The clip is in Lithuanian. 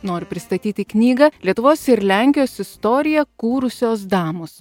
noriu pristatyti knygą lietuvos ir lenkijos istoriją kūrusios damos